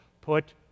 Put